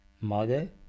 Mother